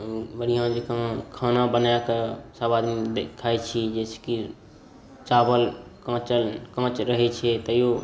अँ बढ़िऑं जकाँ खाना बना कए सब आदमी खाइ छी जाहिसॅं कि चावल काँचल काँच रहै छियै तैयो